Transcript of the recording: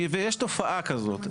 ויש תופעה כזאת,